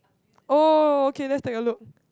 oh okay let's take a look